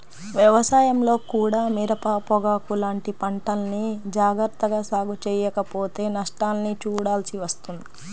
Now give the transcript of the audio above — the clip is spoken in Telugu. వ్యవసాయంలో కూడా మిరప, పొగాకు లాంటి పంటల్ని జాగర్తగా సాగు చెయ్యకపోతే నష్టాల్ని చూడాల్సి వస్తుంది